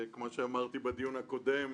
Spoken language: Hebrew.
כמו שאמרתי בדיון הקודם,